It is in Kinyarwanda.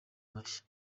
mashya